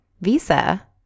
visa